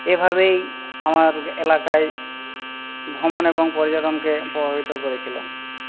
এভাবেই আমার এলাকায় ভ্রমণ এবং পর্যটনকে প্রভাবিত করেছিলো